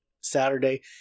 Saturday